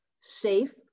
Safe